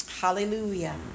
Hallelujah